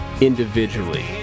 individually